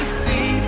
see